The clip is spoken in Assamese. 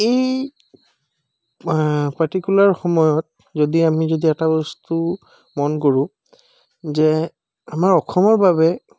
এই পাৰ্টিকুলাৰ সময়ত যদি আমি যদি এটা বস্তু মন কৰোঁ যে আমাৰ অশমৰ বাবে